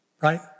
right